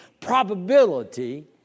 probability